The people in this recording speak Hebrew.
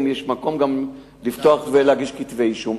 אם יש מקום, גם לפתוח ולהגיש כתבי אישום.